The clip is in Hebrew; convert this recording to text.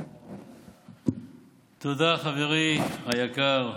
תודה, חברי היקר,